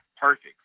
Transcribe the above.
Perfect